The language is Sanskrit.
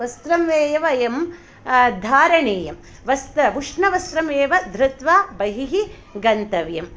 वस्त्रम् एव यं धारणीयं वस्त् उष्णवस्त्रमेव धृत्वा बहिः गन्तव्यं